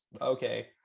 Okay